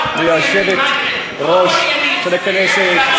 באמת ברכותי לסגנית יושב-ראש הכנסת.